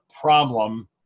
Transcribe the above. problem